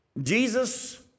Jesus